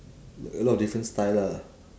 a lot of different style lah